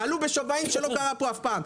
הן עלו בשיעורים שלא היו פה אף פעם.